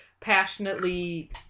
Passionately